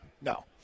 No